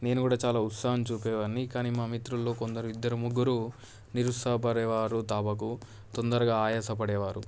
నేను కూడా చాలా ఉత్సాహం చూపేవాడిని కానీ మా మిత్రులు కొందరు ఇద్దరు ముగ్గురు నిరుత్సాహపడేవారు తమకు తొందరగా ఆయాస పడేవారు